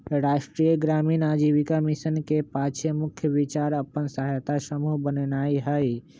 राष्ट्रीय ग्रामीण आजीविका मिशन के पाछे मुख्य विचार अप्पन सहायता समूह बनेनाइ हइ